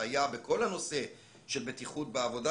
שהיה בכל הנושא של בטיחות בעבודה,